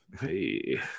Hey